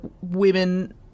women